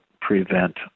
prevent